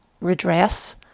redress